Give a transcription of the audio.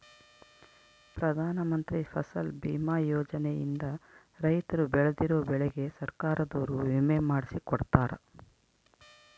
ಪ್ರಧಾನ ಮಂತ್ರಿ ಫಸಲ್ ಬಿಮಾ ಯೋಜನೆ ಇಂದ ರೈತರು ಬೆಳ್ದಿರೋ ಬೆಳೆಗೆ ಸರ್ಕಾರದೊರು ವಿಮೆ ಮಾಡ್ಸಿ ಕೊಡ್ತಾರ